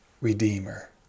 Redeemer